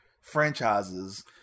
franchises